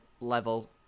level